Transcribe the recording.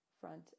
Front